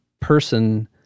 person